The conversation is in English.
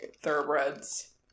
thoroughbreds